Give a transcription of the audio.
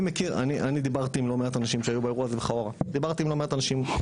אני דיברתי עם אנשים שהיו באירוע הזה וקורה דיברתי עם לא מעט אנשים.